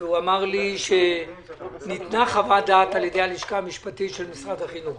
הוא אמר לי שניתנה חוות דעת על ידי הלשכה המשפטית של משרד החינוך.